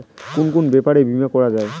কুন কুন ব্যাপারে বীমা করা যায়?